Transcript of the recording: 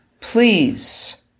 please